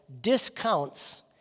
discounts